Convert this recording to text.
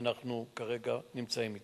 שאנחנו כרגע נמצאים בו.